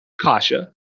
Kasha